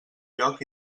lloc